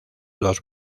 dos